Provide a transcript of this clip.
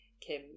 Kim